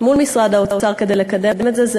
מול משרד האוצר כדי לקדם את זה.